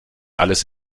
alles